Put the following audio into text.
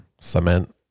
cement